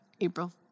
April